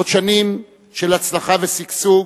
עוד שנים של הצלחה ושגשוג.